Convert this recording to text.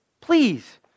Please